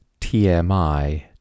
TMI